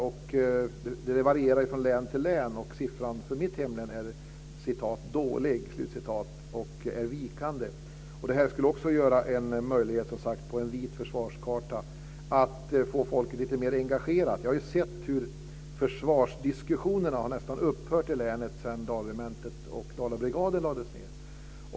Det varierar ju från län till län, och siffran för mitt hemlän är "dålig" och vikande. Detta skulle också ge en möjlighet på en vit försvarskarta att få folket lite mer engagerat. Jag har ju sett hur försvarsdiskussionerna i länet nästan har upphört sedan Dalregementet och Dalabrigaden lades ned.